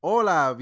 Hola